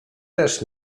też